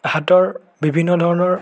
হাতৰ বিভিন্ন ধৰণৰ